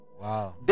Wow